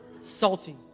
Salty